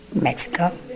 Mexico